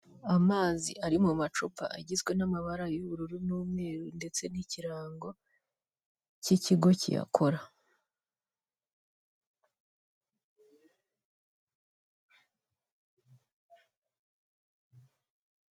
Amazi ari mu macupa agizwe n'amabara y'ubururu n'umweru ndetse n'ikirango k'ikigo kiyakora.